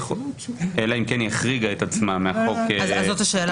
ואלא אם כן היא החריגה את עצמה מהחוק הזה,